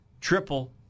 triple